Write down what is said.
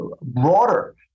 Broader